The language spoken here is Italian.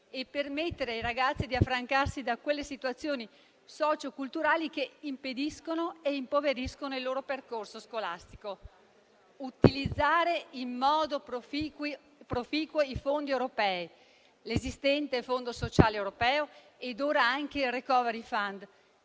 e permettere ai ragazzi di affrancarsi da quelle situazioni socio-culturali che impediscono e impoveriscono il loro percorso scolastico; utilizzare in modo proficuo i fondi europei (l'esistente Fondo sociale europeo e ora anche il *recovery fund*),